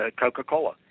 Coca-Cola